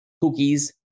cookies